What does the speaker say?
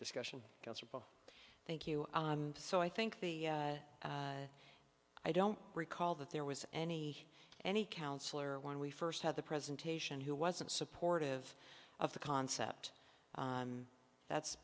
discussion thank you so i think the i don't recall that there was any any counselor when we first had the presentation who wasn't supportive of the concept that's